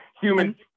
human